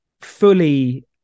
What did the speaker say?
fully